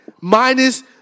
minus